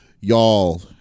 Y'all